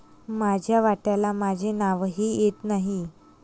माझ्या वाट्याला माझे नावही येत नाही